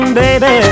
baby